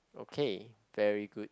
okay very good